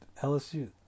LSU